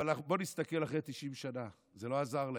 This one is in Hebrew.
אבל בואו נסתכל אחרי 90 שנה: זה לא עזר להם.